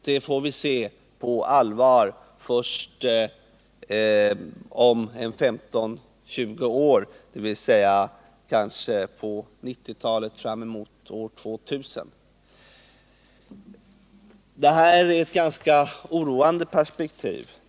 Det får vi se på allvar först om 15 å 20 år, dvs. kanske på 1990-talet eller framemot år 2000. Detta är ett ganska oroande perspektiv.